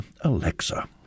Alexa